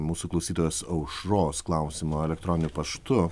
mūsų klausytojos aušros klausimo elektroniniu paštu